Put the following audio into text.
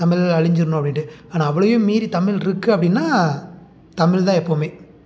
தமிழ் அழிஞ்சிரணும் அப்படின்ட்டு ஆனால் அவ்வளோயும் மீறி தமிழ்ருக்கு அப்படின்னா தமிழ்தான் எப்போவுமே